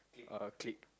uh clique